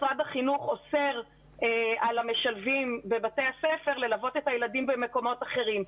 משרד החינוך אוסר על המשלבים בבתי הספר ללוות את הילדים במקומות אחרים.